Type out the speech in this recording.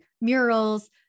murals